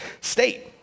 state